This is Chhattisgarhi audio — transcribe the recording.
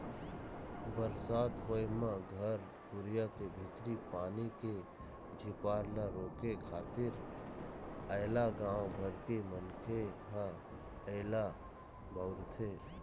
बरसात होय म घर कुरिया के भीतरी पानी के झिपार ल रोके खातिर ऐला गाँव घर के मनखे ह ऐला बउरथे